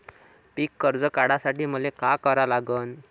पिक कर्ज काढासाठी मले का करा लागन?